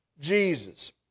Jesus